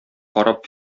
карап